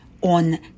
on